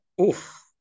Oof